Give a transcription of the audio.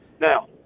Now